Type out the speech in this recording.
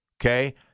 Okay